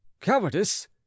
Cowardice